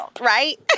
Right